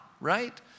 right